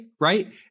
right